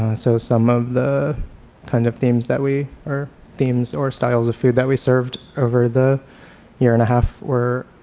ah so some of the kind of themes that we, themes or styles of food that we served over the year and a half were